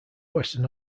western